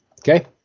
Okay